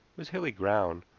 was hilly ground,